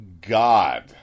God